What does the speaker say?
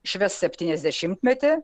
švęs septyniasdešimtmetį